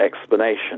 explanation